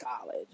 college